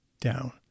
down